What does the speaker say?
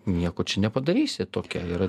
nieko čia nepadarysi tokia yra